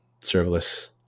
serverless